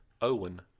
Owen